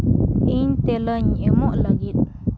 ᱤᱧ ᱛᱮᱞᱟᱧ ᱮᱢᱚᱜ ᱞᱟᱹᱜᱤᱫ